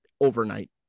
overnight